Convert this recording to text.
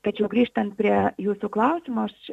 tačiau grįžtant prie jūsų klausimo aš